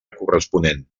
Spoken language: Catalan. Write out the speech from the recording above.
corresponent